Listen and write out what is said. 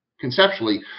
conceptually